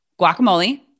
guacamole